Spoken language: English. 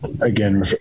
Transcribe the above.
again